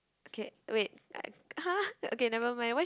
okay wait !huh! okay never mind wh~